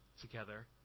together